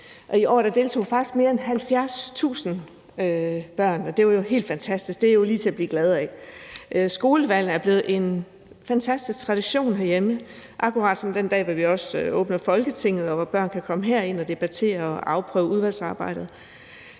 i år deltog faktisk mere end 70.000 børn. Det var jo helt fantastisk, og det er lige til at blive glad af. Skolevalgene er blevet en fantastisk tradition herhjemme, akkurat som den dag, hvor vi åbner Folketinget, og Ungdomsparlamentsdagen, hvor børn kan komme herind og debattere og afprøve udvalgsarbejdet.